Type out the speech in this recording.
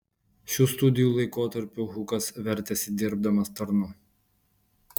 šių studijų laikotarpiu hukas vertėsi dirbdamas tarnu